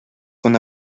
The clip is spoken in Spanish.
con